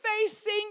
facing